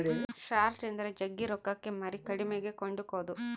short ಎಂದರೆ ಜಗ್ಗಿ ರೊಕ್ಕಕ್ಕೆ ಮಾರಿ ಕಡಿಮೆಗೆ ಕೊಂಡುಕೊದು